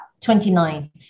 29